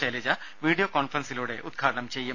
Shailaja video കോൺഫറൻസിലൂടെ ഉദ്ഘാടനം ചെയ്യും